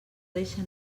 deixa